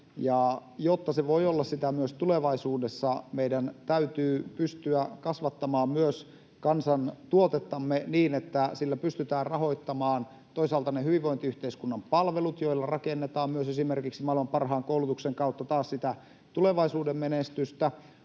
jotta se voi olla sitä myös tulevaisuudessa, meidän täytyy pystyä kasvattamaan myös kansantuotettamme niin, että sillä pystytään rahoittamaan toisaalta ne hyvinvointiyhteiskunnan palvelut — joilla rakennetaan myös esimerkiksi maailman parhaan koulutuksen kautta tulevaisuuden menestystä,